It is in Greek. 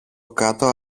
κάτω